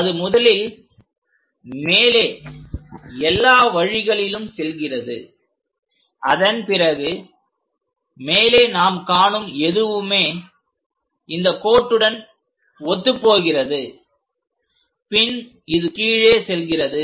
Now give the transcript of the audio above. அது முதலில் மேலே எல்லா வழிகளிலும் செல்கிறது அதன் பிறகு மேலே நாம் காணும் எதுவுமே இந்த கோட்டுடன் ஒத்துப்போகிறது பின் இது கீழே செல்கிறது